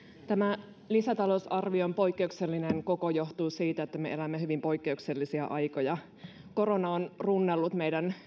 tämä lisätalousarvion poikkeuksellinen koko johtuu siitä että me elämme hyvin poikkeuksellisia aikoja korona on runnellut meidän